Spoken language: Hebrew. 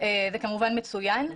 זה כמובן מצוין.